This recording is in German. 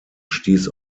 stieß